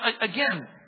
again